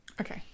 Okay